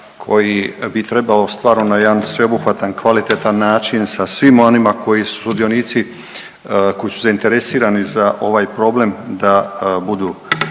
koji bi trebao stvarno na jedan sveobuhvatan, kvalitetan način sa svim onima koji su sudionici, koji su zainteresirani za ovaj problem da budu